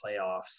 playoffs